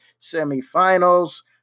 semifinals